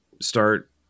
start